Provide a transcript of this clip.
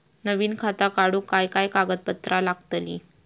नवीन खाता काढूक काय काय कागदपत्रा लागतली?